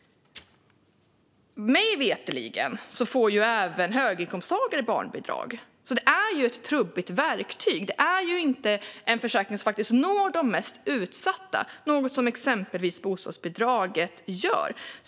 Mig veterligen får ju även höginkomsttagare barnbidrag, så det är ju ett trubbigt verktyg. Det är ju inte en försäkring som faktiskt når de mest utsatta, vilket till exempel bostadsbidraget gör.